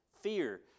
fear